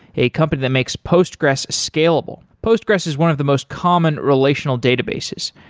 a company that makes postgres scalable. postgres is one of the most common relational databases,